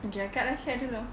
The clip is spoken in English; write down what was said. okay akak lah share dulu